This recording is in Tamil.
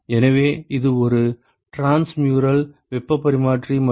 எனவே இது ஒரு டிரான்ஸ் மியூரல் வெப்பப் பரிமாற்றி மற்றும்